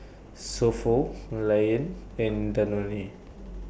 So Pho Lion and Danone